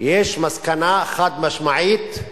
יש מסקנה חד-משמעית: